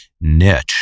niche